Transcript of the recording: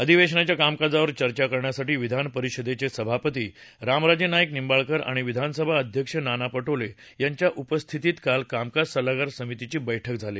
अधिवेशनाच्या कामकाजावर चर्चा करण्यासाठी विधान परिषदेचे सभापती रामराजे नाईक निंबाळकर आणि विधानसभा अध्यक्ष नाना परिले यांच्या उपस्थितीत काल कामकाज सल्लागार समितीची बैठक झाली